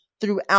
throughout